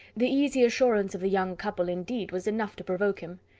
the easy assurance of the young couple, indeed, was enough to provoke him.